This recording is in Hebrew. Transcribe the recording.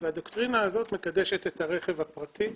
והדוקטרינה הזאת מקדשת את הרכב הפרטי.